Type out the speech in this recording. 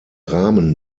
rahmen